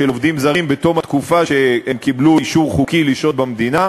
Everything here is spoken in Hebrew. של עובדים זרים בתום התקופה שבה קיבלו אישור חוקי לשהות במדינה.